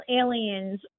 aliens